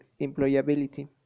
employability